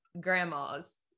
grandmas